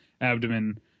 abdomen